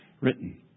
written